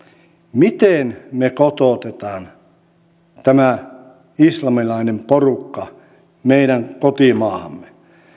miten me kotoutamme tämän islamilaisen porukan meidän kotimaahamme